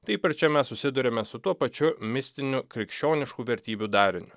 taip ir čia mes susiduriame su tuo pačiu mistiniu krikščioniškų vertybių dariniu